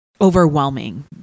overwhelming